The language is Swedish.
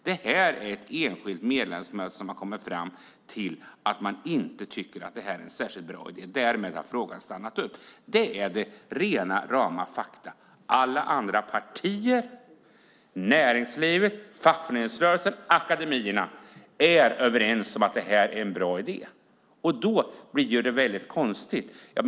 Det är ett enskilt medlemsmöte som har kommit fram till att man inte tycker att det här är en särskilt bra idé, och därmed har frågan stannat upp. Det är rena rama fakta. Alla andra partier, näringslivet, fackföreningsrörelsen och akademierna är överens om att det här är en bra idé. Då blir det väldigt konstigt.